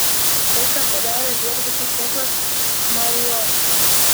štai ką padarė viešbučių tinklas marriott